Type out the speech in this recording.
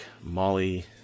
Molly